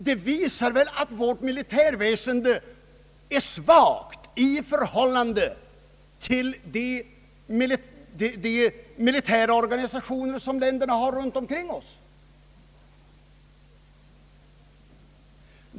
Det visar väl att vårt militärväsende är svagt i förhållande till de militära organisationer som disponeras av länderna runt omkring oss.